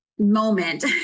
moment